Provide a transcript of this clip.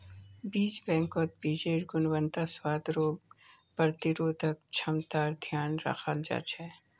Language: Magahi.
बीज बैंकत बीजेर् गुणवत्ता, स्वाद, रोग प्रतिरोधक क्षमतार ध्यान रखाल जा छे